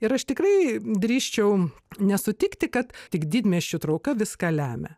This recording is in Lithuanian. ir aš tikrai drįsčiau nesutikti kad tik didmiesčių trauka viską lemia